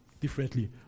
differently